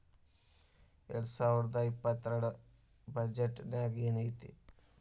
ಎರ್ಡ್ಸಾವರ್ದಾ ಇಪ್ಪತ್ತೆರ್ಡ್ ರ್ ಬಜೆಟ್ ನ್ಯಾಗ್ ಏನೈತಿ?